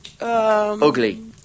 Ugly